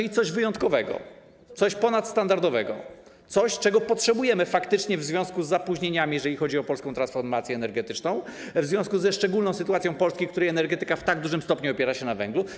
To coś wyjątkowego, coś ponadstandardowego, coś, czego faktycznie potrzebujemy w związku z opóźnieniami, jeżeli chodzi o polską transformację energetyczną, w związku ze szczególną sytuacją Polski, w której energetyka w tak dużym stopniu opiera się na węglu.